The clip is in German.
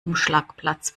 umschlagplatz